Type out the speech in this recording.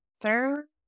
third